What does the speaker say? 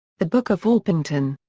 the book of orpington.